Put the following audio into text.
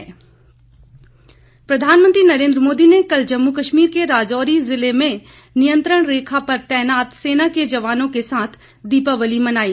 सेना दिवाली प्रधानमंत्री नरेन्द्र मोदी ने कल जम्मू कश्मीर के राजौरी जिले में नियंत्रण रेखा पर तैनात सेना के जवानों के साथ दीपावली मनाई